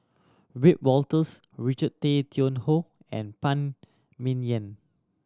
Wiebe Wolters Richard Tay Tian Hoe and Phan Ming Yen